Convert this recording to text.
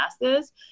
masses